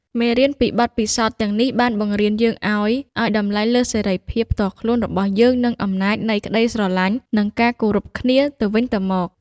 មេរៀនពីបទពិសោធន៍ទាំងនេះបានបង្រៀនយើងឱ្យឱ្យតម្លៃលើសេរីភាពផ្ទាល់ខ្លួនរបស់យើងនិងអំណាចនៃក្តីស្រឡាញ់និងការគោរពគ្នាទៅវិញទៅមក។